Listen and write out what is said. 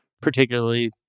particularly